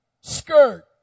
skirt